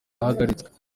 bahagaritswe